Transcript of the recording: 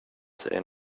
säger